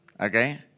okay